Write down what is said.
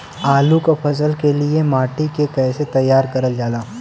आलू क फसल के लिए माटी के कैसे तैयार करल जाला?